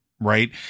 Right